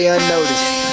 Unnoticed